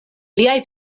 liaj